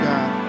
God